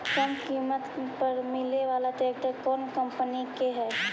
कम किमत पर मिले बाला ट्रैक्टर कौन कंपनी के है?